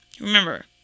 Remember